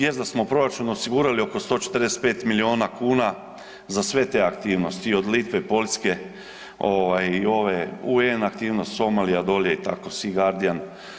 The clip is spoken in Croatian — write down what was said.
Jest da smo u proračunu osigurali oko 145 milijuna kuna za sve te aktivnosti i od Litve, Poljske, ovaj i ove UN aktivnosti, Somalija, dolje i tako, Sea Guardian.